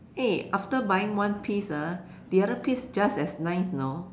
eh after buying one piece ah the other piece just as nice know